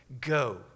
go